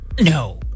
No